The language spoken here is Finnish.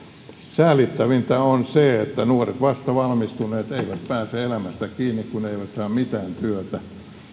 säälittävintä on se että nuoret vastavalmistuneet eivät pääse elämään kiinni kun eivät saa mitään työtä